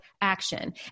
action